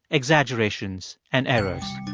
exaggerations and errors